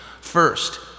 First